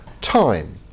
time